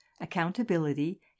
accountability